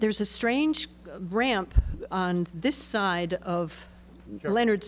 there's a strange ramp on this side of leonard